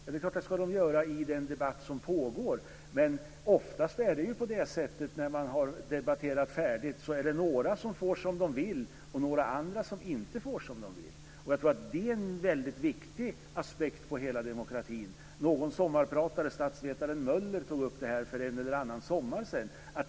Det är klart att de ska göra det i den debatt som pågår, men oftast är det ju några som får som de vill när man har debatterat färdigt och några andra som inte får som de vill. Jag tror att det är en viktig aspekt på hela demokratin. En sommarpratare, statsvetaren Möller, tog upp detta för en eller annan sommar sedan.